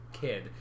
kid